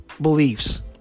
beliefs